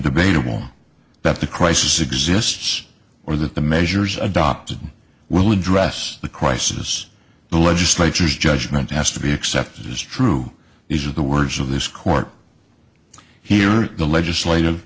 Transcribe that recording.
debatable that the crisis exists or that the measures adopted will address the crisis the legislature's judgment has to be accepted as true these are the words of this court here in the legislative